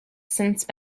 since